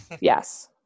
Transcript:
Yes